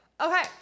Okay